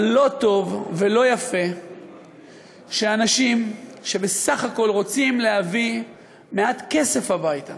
אבל לא טוב ולא יפה שאנשים שבסך הכול רוצים להביא מעט כסף הביתה,